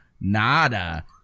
Nada